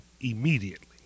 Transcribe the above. immediately